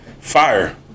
Fire